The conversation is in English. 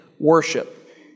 Worship